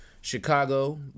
Chicago